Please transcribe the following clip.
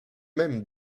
même